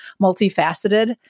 multifaceted